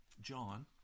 John